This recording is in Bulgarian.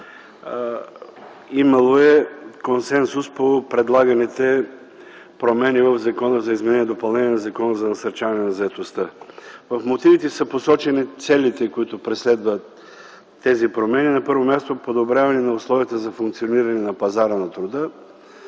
Имало е консенсус по предлаганите промени в Закона за изменение и допълнение на Закона за насърчаване на заетостта. В мотивите са посочени целите, които преследват тези промени. На първо място, подобряване на условията за функциониране на пазара на труда.